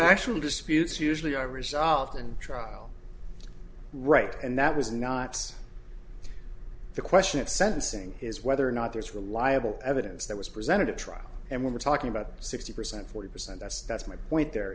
factual disputes usually are resolved and trial right and that was not the question of sentencing is whether or not there's reliable evidence that was presented at trial and we're talking about sixty percent forty percent that's that's my point there